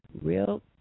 real